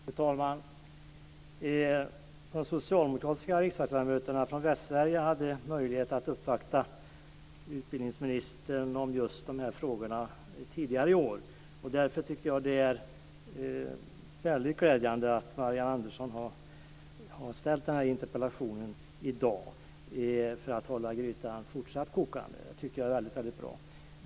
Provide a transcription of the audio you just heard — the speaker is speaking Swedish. Fru talman! De socialdemokratiska riksdagsledamöterna från Västsverige hade möjlighet att uppvakta utbildningsministern om just de här frågorna tidigare i år. Därför tycker jag att det är mycket glädjande att Marianne Andersson har ställt den här interpellationen för att hålla grytan kokande. Det tycker jag är mycket bra.